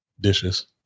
dishes